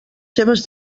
seves